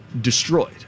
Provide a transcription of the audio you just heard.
destroyed